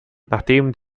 nachdem